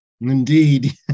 Indeed